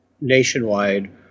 nationwide